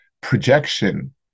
projection